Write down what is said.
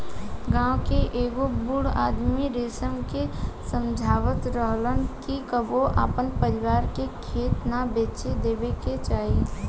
गांव के एगो बूढ़ आदमी रमेश के समझावत रहलन कि कबो आपन परिवार के खेत ना बेचे देबे के चाही